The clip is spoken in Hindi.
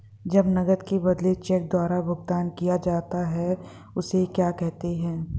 जब नकद के बदले चेक द्वारा भुगतान किया जाता हैं उसे क्या कहते है?